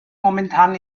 momentan